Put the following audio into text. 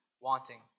wanting